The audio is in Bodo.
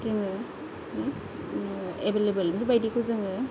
जोङो एबोलेबोल बिफोरबायदिखौ जोङो